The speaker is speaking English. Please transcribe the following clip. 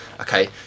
okay